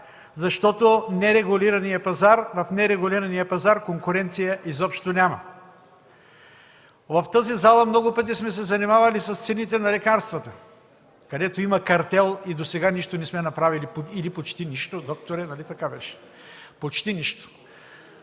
за регулиран пазар, защото в нерегулирания конкуренция изобщо няма. В тази зала много пъти сме се занимавали с цените на лекарствата, където има картел и досега нищо не сме направили, или почти нищо. Докторе, нали така беше? (Реплики от